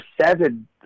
seven